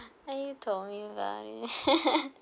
I told you about it